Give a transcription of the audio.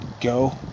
go